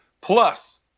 Plus